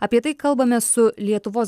apie tai kalbamės su lietuvos